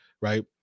Right